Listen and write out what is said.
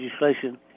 legislation